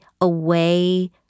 away